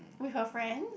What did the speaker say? with her friends